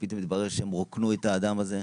ופתאום מתברר שהם רוקנו את האדם הזה.